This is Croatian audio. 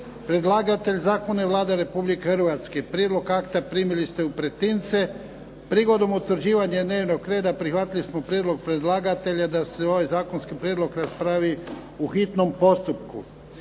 Predlagatelj zakona je Vlada Republike Hrvatske. Prijedlog akte primili ste u pretince. Prigodom utvrđivanja dnevnog reda prihvatili smo prijedlog predlagatelja da se ovaj zakonski prijedlog raspravi u hitnom postupku.